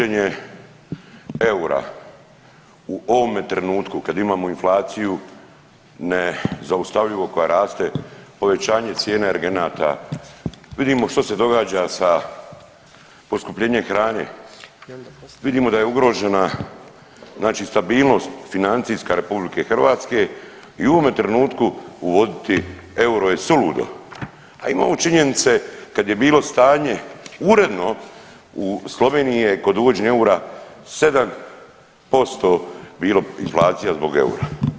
Uvođenje eura u ovome trenutku kad imamo inflaciju nezaustavljivo koja raste, povećanje cijene energenata, vidimo što se događa sa poskupljenjem hrane, vidimo da je ugrožena stabilnost financijska RH i u ovome trenutku uvoditi euro je suludo, a imamo činjenice kad je bilo stanje uredno u Sloveniji je kod uvođenje eura 7% bilo inflacija zbog eura.